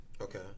Okay